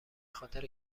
خاطر